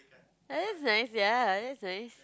oh that's nice ya that's nice